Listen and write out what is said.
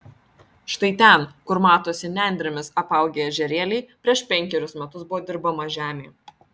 štai ten kur matosi nendrėmis apaugę ežerėliai prieš penkerius metus buvo dirbama žemė